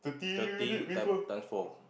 thirty time times four